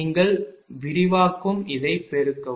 நீங்கள் விரிவாக்கும் இதைப் பெருக்கவும்